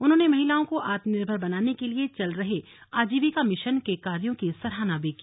उन्होंने महिलाओं को आत्मनिर्भर बनाने के लिए चल रहे आजीविका मिशन के कार्यों की सराहना भी की